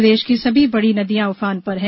प्रदेश की सभी बड़ी नदियां उफान पर है